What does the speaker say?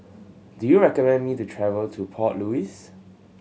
do you recommend me to travel to Port Louis